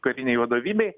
karinei vadovybei